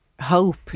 hope